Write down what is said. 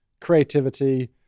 creativity